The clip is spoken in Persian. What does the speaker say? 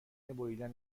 بریدن